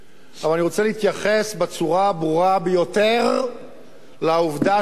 אבל אני רוצה להתייחס בצורה הברורה ביותר לעובדה שאין